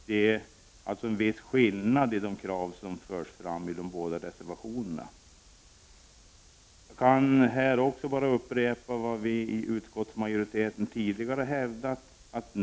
Det är således en viss skillnad i de krav som framförs i de båda reservationerna. Jag kan bara upprepa vad utskottsmajoriteten tidigare har hävdat.